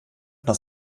nach